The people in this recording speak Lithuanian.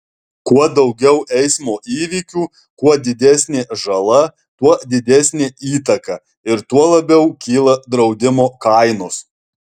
kuo daugiau eismo įvykių kuo didesnė žala tuo didesnė įtaka ir tuo labiau kyla draudimo kainos